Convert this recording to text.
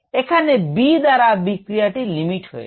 এখানে B দ্বারা বিক্রিয়াটি লিমিট হয়েছে